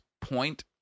point